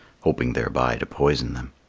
hoping thereby to poison them.